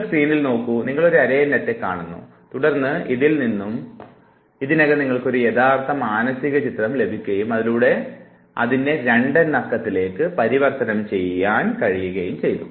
നിങ്ങൾ സ്ക്രീനിലേക്ക് നോക്കൂ നിങ്ങൾ ഒരു അരയന്നത്തെ കാണുന്നു തുടർന്ന് ഇതിൽ നിന്നും ഇതിനകം നിങ്ങൾക്ക് ഒരു യഥാർത്ഥ മാനസിക ചിത്രം ലഭിക്കുകയും അതിലൂടെ അതിനെ 2 എന്ന അക്കത്തിലേക്ക് പരിവർത്തനം ചെയ്യാൻ കഴിയുകയും ചെയ്തു